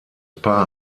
paar